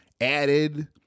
added